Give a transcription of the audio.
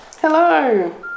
Hello